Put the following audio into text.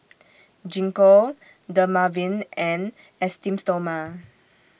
Gingko Dermaveen and Esteem Stoma